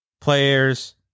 players